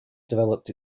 developed